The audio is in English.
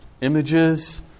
images